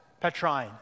Petrine